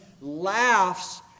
laughs